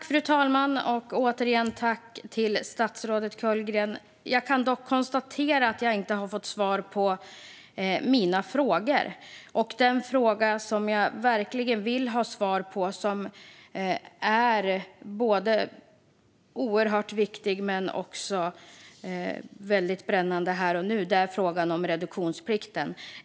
Fru talman! Jag tackar åter statsrådet Kullgren. Jag kan dock konstatera att jag inte har fått svar på mina frågor. Den fråga jag verkligen vill ha svar på, som är både oerhört viktig och brännande här och nu, gäller reduktionsplikten.